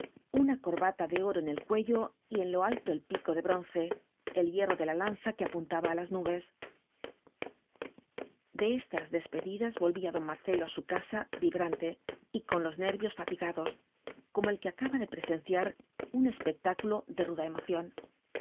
una corbata de oro en el cuello y en lo alto el pico de bronce el hierro de la lanza que apuntaba á las nubes de estas despedidas volvía don marcelo á su casa vibrante y con los nervios fatigados como el que acaba de presenciar un espectáculo de ruda emoción